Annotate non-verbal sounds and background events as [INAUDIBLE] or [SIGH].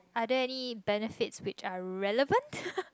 are there any benefits which are relevant [LAUGHS]